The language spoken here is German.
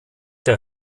der